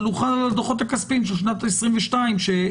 אבל הוא חל על הדוחות הכספיים של שנת 2022 שיוגשו